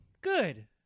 Good